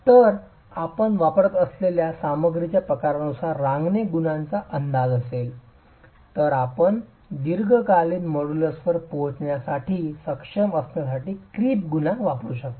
तर आपण वापरत असलेल्या सामग्रीच्या प्रकारानुसार जर रांगणे गुणाकाराचा अंदाज असेल तर आपण दीर्घकालीन मॉड्यूलसवर पोहोचण्यासाठी सक्षम असण्यासाठी क्रिप गुणांक वापरू शकता